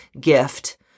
gift